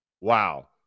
Wow